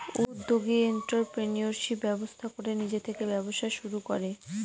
উদ্যোগী এন্ট্ররপ্রেনিউরশিপ ব্যবস্থা করে নিজে থেকে ব্যবসা শুরু করে